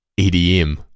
EDM